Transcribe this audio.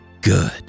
Good